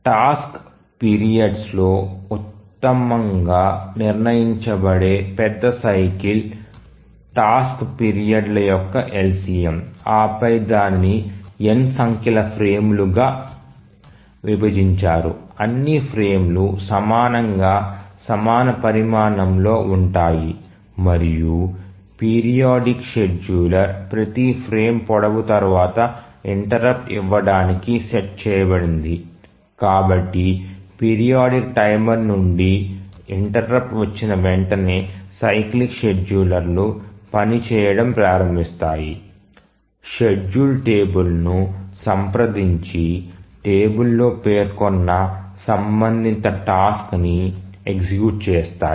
task పీరియడ్స్లో ఉత్తమంగా నిర్ణయించబడే పెద్ద సైకిల్ టాస్క్ పీరియడ్ల యొక్క LCM ఆ పై దానిని n సంఖ్యల ఫ్రేమ్ లుగా విభజించారు అన్ని ఫ్రేమ్లు సమానంగా సమాన పరిమాణంలో ఉంటాయి మరియు పీరియాడిక్ షెడ్యూలర్ ప్రతి ఫ్రేమ్ పొడవు తర్వాత ఇంటెర్రుప్ట్ ఇవ్వడానికి సెట్ చేయబడింది కాబట్టి పీరియాడిక్ టైమర్ నుండి ఇంటెర్రుప్ట్ వచ్చిన వెంటనే సైక్లిక్ షెడ్యూలర్లు పనిచేయడం ప్రారంభిస్తాయి షెడ్యూల్ టేబుల్ను సంప్రదించి టేబుల్లో పేర్కొన్న సంబంధిత టాస్క్ ని ఎగ్జిక్యూట్ చేస్తాయి